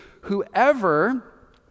whoever